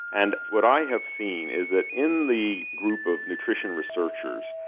and what i have seen is that, in the group of nutrition researchers,